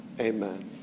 Amen